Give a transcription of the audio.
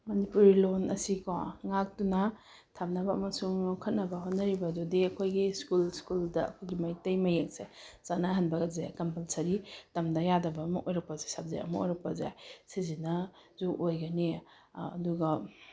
ꯃꯅꯤꯄꯨꯔꯤ ꯂꯣꯟ ꯑꯁꯤ ꯀꯣ ꯉꯥꯛꯇꯨꯅ ꯊꯝꯅꯕ ꯑꯃꯁꯨꯡ ꯌꯣꯛꯈꯠꯅꯕ ꯍꯣꯠꯅꯔꯤꯕ ꯑꯗꯨꯗꯤ ꯑꯩꯈꯣꯏꯒꯤ ꯁ꯭ꯀꯨꯜ ꯁ꯭ꯀꯨꯜꯗ ꯑꯩꯈꯣꯏꯒꯤ ꯃꯩꯇꯩ ꯃꯌꯦꯛꯁꯦ ꯆꯠꯅꯍꯟꯕꯒꯁꯦ ꯀꯝꯄꯜꯁꯔꯤ ꯇꯝꯗ ꯌꯥꯗꯕ ꯑꯃ ꯑꯣꯏꯔꯛꯄꯁꯦ ꯁꯕꯖꯦꯛ ꯑꯃ ꯑꯣꯏꯔꯛꯄꯁꯦ ꯁꯤꯁꯤꯅꯁꯨ ꯑꯣꯏꯒꯅꯤ ꯑꯗꯨꯒ